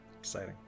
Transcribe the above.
Exciting